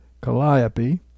Calliope